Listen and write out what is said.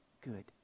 good